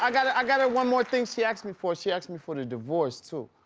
um got ah um got her one more thing she asked me for. she asked me for the divorce, too.